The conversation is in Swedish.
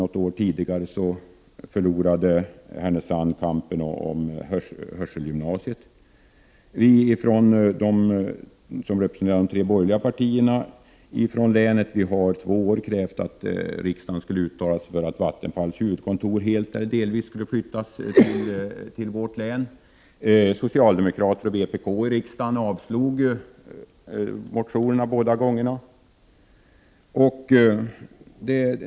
Något år tidigare förlorade Härnösand kampen om hörselgymnasiet. Vi som är de tre borgerliga partiernas representanter för länet har två år krävt att riksdagen skulle uttala sig för att Vattenfalls huvudkontor helt eller delvis skulle flyttas till vårt län. Socialdemokraterna och vpk avslog motionerna båda gångerna.